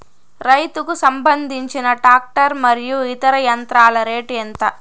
రైతుకు సంబంధించిన టాక్టర్ మరియు ఇతర యంత్రాల రేటు ఎంత?